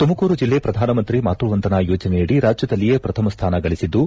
ತುಮಕೂರು ಜಿಲ್ಲೆ ಪ್ರಧಾನಮಂತ್ರಿ ಮಾತ್ಯವಂದನಾ ಯೋಜನೆಯಡಿ ರಾಜ್ಯದಲ್ಲಿಯೇ ಪ್ರಥಮ ಸ್ಥಾನ ಗಳಿಸಿದ್ದು